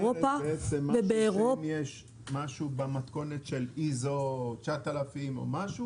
למעשה את אומרת שאם יש משהו במתכונת של 9000 ISO וכד',